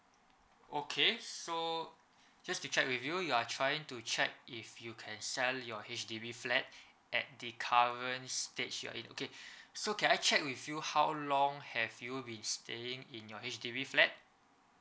okay so just to check with you you are trying to check if you can sell your H_D_B flat at the current stage you are in okay so can I check with you how long have you been staying in your H_D_B flat